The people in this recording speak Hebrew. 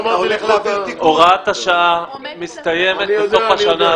הוראת השעה מסתיימת בתוך השנה הזאת.